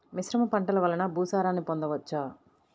మిశ్రమ పంటలు వలన భూసారాన్ని పొందవచ్చా?